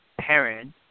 parent